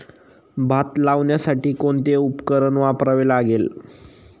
भात लावण्यासाठी कोणते उपकरण वापरावे लागेल?